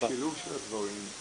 השילוב של הדברים.